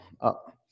up